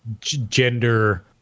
gender